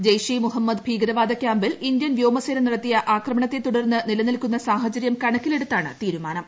ജെയ്ഷെ ഇ മുഹമ്മദ് ഭീകരവാദ ക്യാമ്പിൽ ഇന്ത്യൻ വ്യോമസേന നടത്തിയ ആക്രമണത്തെ തുടർന്ന് നിലന്റിൽക്കുന്ന സാഹചര്യം കണക്കിലെടുത്താണ് തീരുമാനം